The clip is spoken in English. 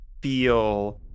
Feel